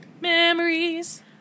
Memories